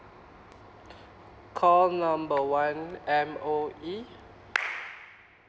call number one M_O_E